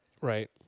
Right